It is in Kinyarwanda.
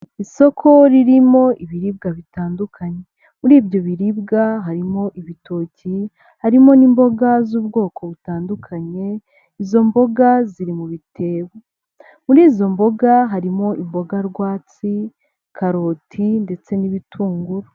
Isoko ririmo ibiribwa bitandukanye. Muri ibyo biribwa harimo ibitoki, harimo n'imboga z'ubwoko butandukanye, izo mboga ziri mu bitebo. Muri izo mboga harimo imboga rwatsi, karoti ndetse n'ibitunguru.